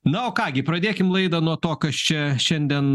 na o ką gi pradėkim laidą nuo to kas čia šiandien